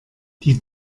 die